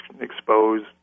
exposed